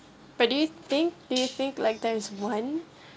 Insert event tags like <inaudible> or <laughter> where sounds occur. but do you think do you think like there is one <breath>